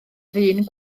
ddyn